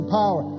power